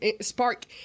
spark